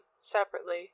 separately